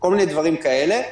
כל מיני דברים כאלה.